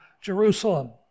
Jerusalem